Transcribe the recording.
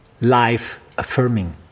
life-affirming